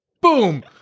boom